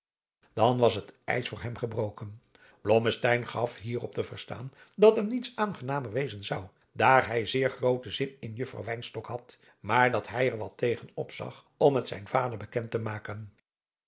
dan was het ijs voor hem gebroken blommesteyn gaf hierop te verstaan dat hem niets aangenamer wezen zou daar hij zeer grooten zin in juffrouw wynstok had maar dat hij er wat tegen opzag om het zijn vader bekend te maken